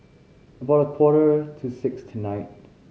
about a quarter to six tonight